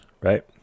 right